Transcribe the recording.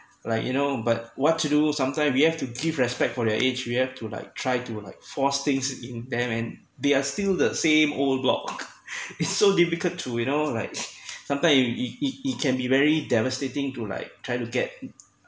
like you know but what to do sometime we have to give respect for their age we have to like try to like force things in them and they are still the same old block it's so difficult to you know like sometimes you it it it can be very devastating to like try to get